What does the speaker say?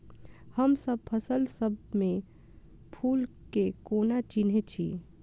हमसब फसल सब मे फूल केँ कोना चिन्है छी?